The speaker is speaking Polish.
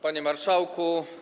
Panie Marszałku!